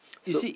so